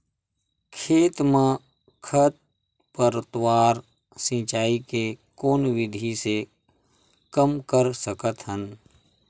खेत म खरपतवार सिंचाई के कोन विधि से कम कर सकथन?